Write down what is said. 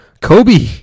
Kobe